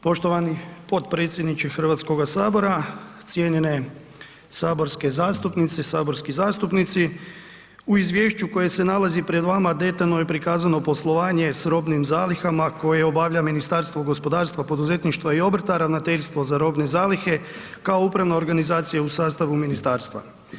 Poštovani potpredsjedniče Hrvatskoga sabora, cijenjene saborske zastupnice i saborski zastupnici u izvješću koje se nalazi pred vama detaljno je prikazano poslovanje s robnim zalihama koje obavlja Ministarstvo gospodarstva, poduzetništva i obrta, Ravnateljstvo za robne zalihe kao upravna organizacija u sastavu ministarstva.